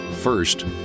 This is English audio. First